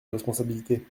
responsabilité